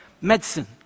medicine